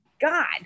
God